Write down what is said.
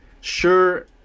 sure